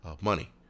money